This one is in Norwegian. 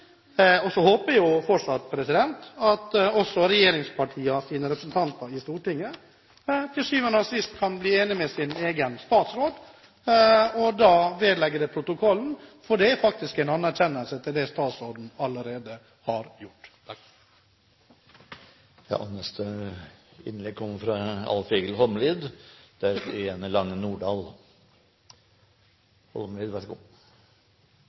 saken. Så håper jeg fortsatt at regjeringspartienes representanter i Stortinget til syvende og sist kan bli enige med sin egen statsråd og vedlegge forslaget protokollen – for det er faktisk en anerkjennelse til det som statsråden allerede har gjort.